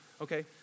Okay